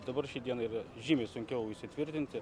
dabar šiai dienai yra žymiai sunkiau įsitvirtinti